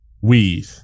weed